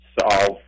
solve